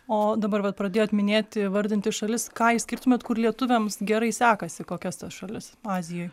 o dabar vat pradėjot minėti vardinti šalis ką išskirtumėt kur lietuviams gerai sekasi kokias tas šalis azijoj